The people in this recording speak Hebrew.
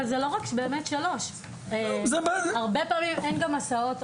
אבל זה לא רק באמת 15:00. הרבה פעמים אין גם הסעות.